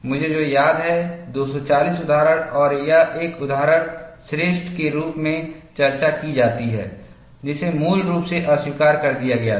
मुझे जो याद है 240 उद्धरण और यह एक उद्धरण श्रेष्ठ के रूप में चर्चा की जाती है जिसे मूल रूप से अस्वीकार कर दिया गया था